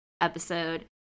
episode